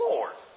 Lord